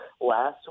last